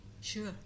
Sure